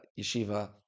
yeshiva